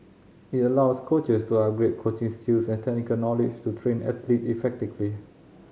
it allows coaches to upgrade coaching skills and technical knowledge to train athlete effectively